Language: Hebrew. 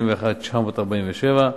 64,661 ש"ח,